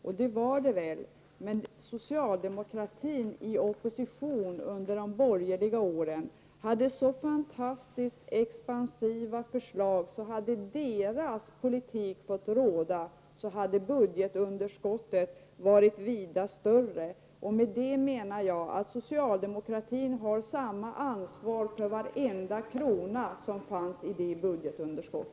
Och visst hade de ansvar för detta, men socialdemokraterna som satt i opposition under de borgerliga regeringsåren hade så fantastiskt expansiva förslag att om deras politik hade fått råda skulle budgetunderskottet ha varit vida större. Med detta menar jag att socialdemokraterna har samma ansvar som de borgerliga partierna för varje krona i detta budgetunderskott.